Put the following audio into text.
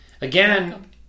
Again